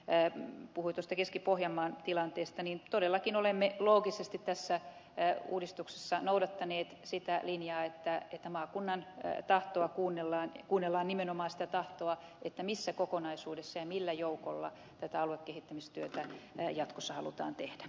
rehn puhui näistä aluejaoista keski pohjanmaan tilanteesta niin todellakin olemme loogisesti tässä uudistuksessa noudattaneet sitä linjaa että maakunnan tahtoa kuunnellaan nimenomaan tahtoa siitä missä kokonaisuudessa ja millä joukolla tätä aluekehittämistyötä jatkossa halutaan tehdä